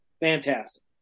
Fantastic